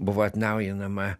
buvo atnaujinama